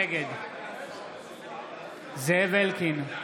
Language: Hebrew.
נגד זאב אלקין,